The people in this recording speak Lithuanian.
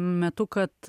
metu kad